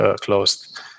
closed